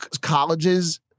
colleges